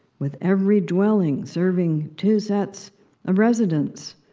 with every dwelling serving two sets of residents.